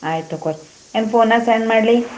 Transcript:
ಆಯ್ತು ತಕೋರಿ ಏನು ಫೋನಾಗೆ ಸೆಂಡ್ ಮಾಡ್ಲಿ